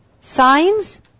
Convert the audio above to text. signs